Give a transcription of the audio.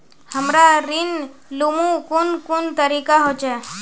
हमरा ऋण लुमू कुन कुन तरीका होचे?